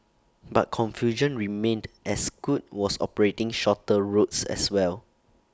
but confusion remained as scoot was operating shorter routes as well